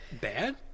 bad